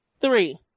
Three